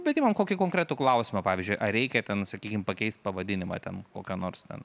bet imam kokį konkretų klausimą pavyzdžiui ar reikia ten sakykim pakeist pavadinimą ten kokio nors ten